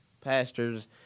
pastors